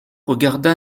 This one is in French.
regarda